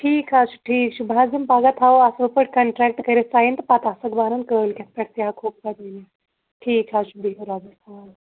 ٹھیٖک حظ چھُ ٹھیٖک چھُ بہٕ حظ یِمہٕ پَگاہ تھاوَو اَصٕل پٲٹھۍ کنٹرٛیکٹہٕ کٔرِتھ ٹایم تہٕ پَتہٕ آسہوکھ برن کٲلۍکیٚتھ پیٚٹھ تہِ ہیٚکھہوکھ پَتہٕ ؤنِتھ ٹھیٖک حظ چھُ بِہِو رۄبَس حَوالہٕ